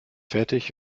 fertig